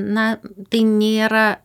na tai nėra